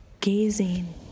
gazing